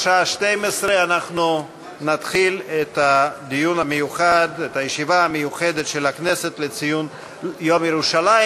השעה 12:00. אנחנו נתחיל את הישיבה המיוחדת של הכנסת לציון יום ירושלים,